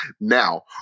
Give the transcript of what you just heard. Now